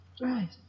Right